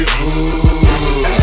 hood